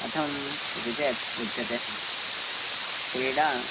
कथम् इति चेत् उच्यते क्रीडा